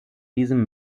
diesem